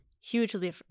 hugely